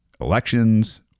Elections